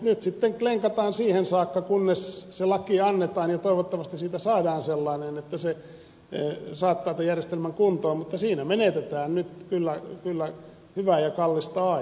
nyt sitten klenkataan siihen saakka kunnes se laki annetaan ja toivottavasti siitä saadaan sellainen että se saattaa tämän järjestelmän kuntoon mutta siinä menetetään nyt kyllä hyvää ja kallista aikaa